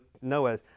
Noah